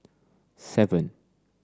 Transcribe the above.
seven